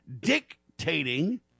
dictating